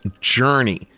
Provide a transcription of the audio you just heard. Journey